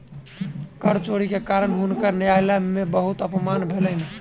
कर चोरी के कारण हुनकर न्यायालय में बहुत अपमान भेलैन